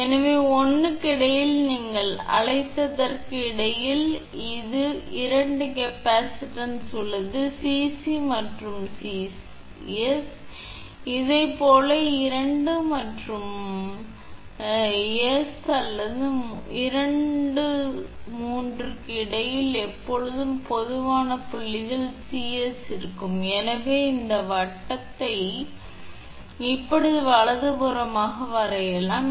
எனவே 1 க்கு இடையில் நீங்கள் அழைத்ததற்கு இடையில் அது 2 கெப்பாசிட்டன்ஸ் உள்ளது 𝐶𝑐 மற்றும் 𝐶𝑠 இதேபோல் 2 மற்றும் s அல்லது 2 3 க்கு இடையில் எப்போதும் பொதுவான புள்ளிகள் 𝐶𝑠 மற்றும் இருக்கும் எனவே இந்த வட்டத்தை இப்படி வலதுபுறமாக வரையலாம்